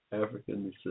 African